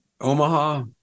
Omaha